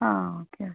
ആ okay okay